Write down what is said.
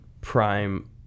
prime